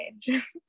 change